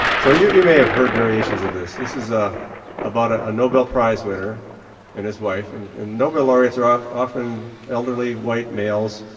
so you you may have heard variations of this this is ah about ah a nobel prize winner and his wife and nobel laureates are often elderly, white males,